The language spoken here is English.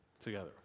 together